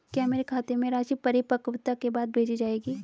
क्या मेरे खाते में राशि परिपक्वता के बाद भेजी जाएगी?